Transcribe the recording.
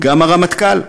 גם הרמטכ"ל,